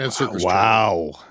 Wow